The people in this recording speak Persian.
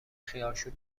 خیارشور